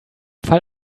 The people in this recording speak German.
fall